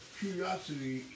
curiosity